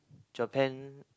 Japan